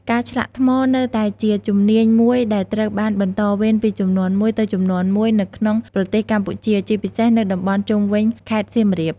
ការឆ្លាក់ថ្មនៅតែជាជំនាញមួយដែលត្រូវបានបន្តវេនពីជំនាន់មួយទៅជំនាន់មួយនៅក្នុងប្រទេសកម្ពុជា ជាពិសេសនៅតំបន់ជុំវិញខេត្តសៀមរាប។